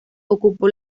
ocupó